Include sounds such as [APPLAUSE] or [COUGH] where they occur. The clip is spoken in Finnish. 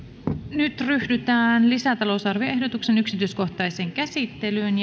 nyt ryhdytään lisätalousarvioehdotuksen yksityiskohtaiseen käsittelyyn [UNINTELLIGIBLE]